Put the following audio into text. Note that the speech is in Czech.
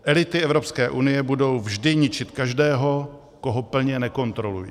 Elity Evropské unie budou vždy ničit každého, koho plně nekontrolují.